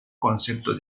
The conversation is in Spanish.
concepto